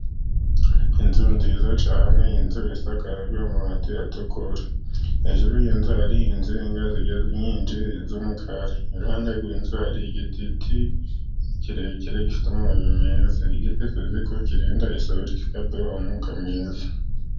Inzu nziza cyane, inzu isakajwe amabati atukura, hejuru y’iyo nzu hari insinga nyinshi z'umukara, iruhande rw’inzu hari igiti kirekire gifite amababi meza, igiti tuziko kirinda isuri, kikaduha umwuka mwiza.